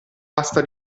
asta